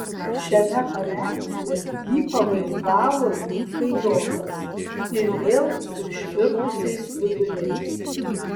šiame paveiksle jį pavaizdavo jūsų džotas ir vėl su išvirtusiais viduriais